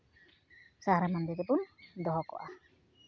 ᱥᱟᱦᱟᱨ ᱢᱟᱫᱮ ᱨᱮᱵᱚᱱ ᱫᱚᱦᱚ ᱠᱟᱜᱼᱟ